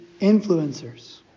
influencers